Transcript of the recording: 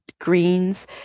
greens